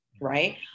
Right